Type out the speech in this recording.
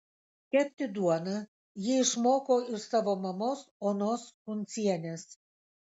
kepti duoną ji išmoko iš savo mamos onos kuncienės